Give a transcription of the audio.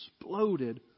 exploded